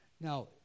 Now